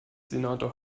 senator